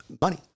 Money